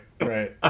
right